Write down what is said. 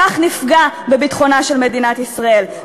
כך נפגע בביטחונה של מדינת ישראל,